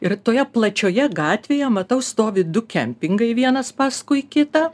ir toje plačioje gatvėje matau stovi du kempingai vienas paskui kitą